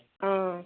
অ'